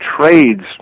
trades